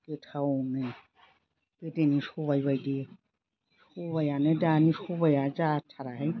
गोथावनो गोदोनि सबाइ बायदि सबाइआनो दानि सबाइआ जाथारा हाय